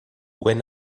when